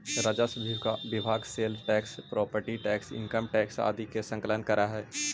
राजस्व विभाग sale tax property tax income tax आदि के संकलन करऽ हई